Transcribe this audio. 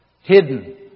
hidden